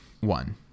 One